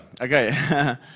Okay